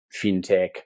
fintech